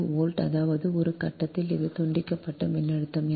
2 volt அதாவது ஒரு கட்டத்தில் இது தூண்டப்பட்ட மின்னழுத்தம்